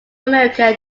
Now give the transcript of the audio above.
america